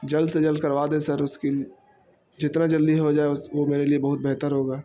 جلد سے جلد کروا دیں سر اس کی جتنا جلدی ہو جائے وہ میرے لیے بہت بہتر ہوگا